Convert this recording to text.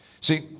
See